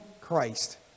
Christ